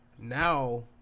now